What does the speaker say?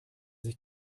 sich